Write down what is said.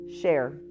share